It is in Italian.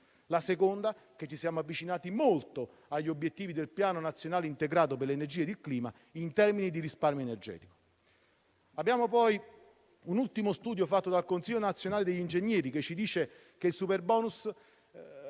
in secondo luogo che ci siamo avvicinati molto agli obiettivi del Piano nazionale integrato per l'energia ed il clima in termini di risparmio energetico. Un ultimo studio fatto dal Consiglio nazionale degli ingegneri afferma che il superbonus